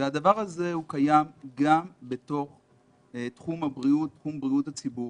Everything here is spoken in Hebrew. והדבר הזה קיים גם בתחום בריאות הציבור.